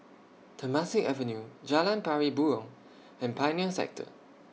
Temasek Avenue Jalan Pari Burong and Pioneer Sector